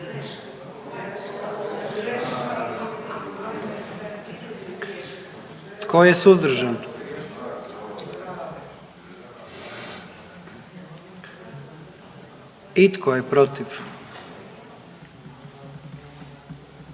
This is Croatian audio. Tko je suzdržan? I tko je protiv?